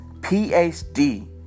PhD